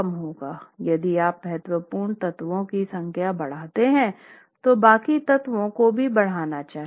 यदि आप महत्वपूर्ण तत्वों की संख्या बढ़ाते हैं तो बाकी तत्वों को भी बढ़ाना चाहिए